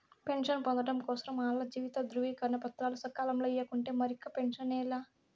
pension పొందడం కోసరం ఆల్ల జీవిత ధృవీకరన పత్రాలు సకాలంల ఇయ్యకుంటే మరిక పెన్సనే లా